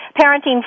parenting